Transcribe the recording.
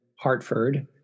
Hartford